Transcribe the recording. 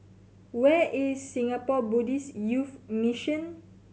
where is Singapore Buddhist Youth Mission